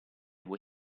voi